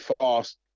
fast